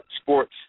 sports